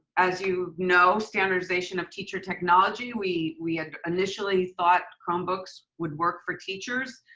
as you know standardization of teacher technology, we we and initially thought chromebooks would work for teachers.